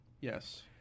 Yes